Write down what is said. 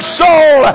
soul